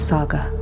Saga